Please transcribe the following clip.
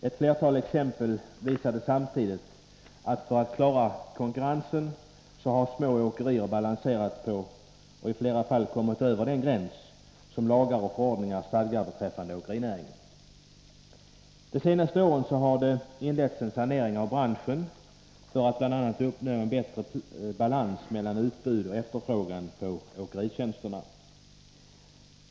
Ett flertal exempel visade samtidigt att små åkerier för att klara konkurrensen hade balanserat på, och i flera fall kommit över, den gräns som lagar och förordningar stadgar beträffande åkerinäringen. De senaste åren har det inletts en sanering av branschen för att bl.a. uppnå en bättre balans mellan utbud och efterfrågan på åkeritjänster.